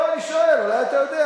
לא, אני שואל, אולי אתה יודע.